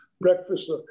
breakfast